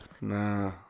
Nah